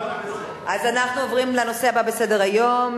אנחנו עוברים לנושא הבא בסדר-היום,